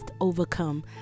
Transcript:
overcome